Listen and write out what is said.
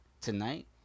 tonight